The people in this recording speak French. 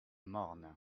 morne